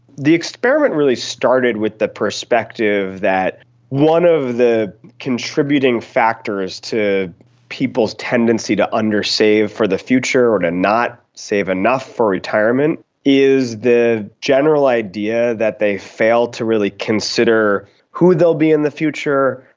the experiment really started with the perspective that one of the contributing factors to people's tendency to under-save for the future or to not save enough for retirement is the general idea that they fail to really consider who they will be in the future,